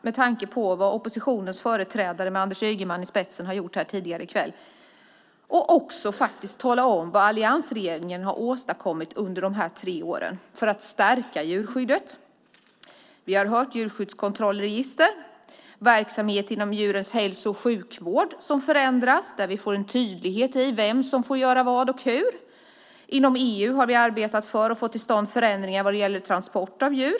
Med tanke på vad oppositionens företrädare med Anders Ygeman i spetsen har gjort här tidigare i kväll skulle jag vilja börja med att tala om vad alliansregeringen har åstadkommit under de här tre åren för att stärka djurskyddet. Vi har hört om djurskyddskontrollregistret och om verksamheten inom djurens hälso och sjukvård som förändras så att det blir en tydlighet i vem som får göra vad och hur. Inom EU har vi arbetat för att få till stånd förändringar vad gäller transporter av djur.